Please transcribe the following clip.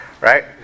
Right